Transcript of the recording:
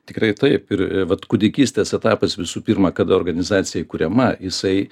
tikrai taip ir ir vat kūdikystės etapas visų pirma kada organizacija įkuriama jisai